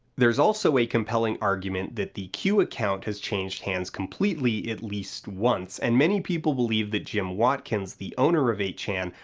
there's also a compelling argument that the q account has changed hands completely at least once, and many people believe that jim watkins, the owner of eight chan,